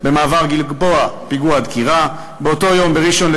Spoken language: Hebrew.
ובאותו יום,